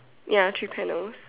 ya three panels